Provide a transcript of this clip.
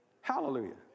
Hallelujah